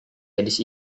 gadis